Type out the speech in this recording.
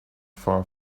far